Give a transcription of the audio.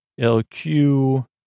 LQ